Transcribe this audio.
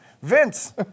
Vince